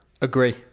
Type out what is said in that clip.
Agree